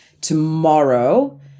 tomorrow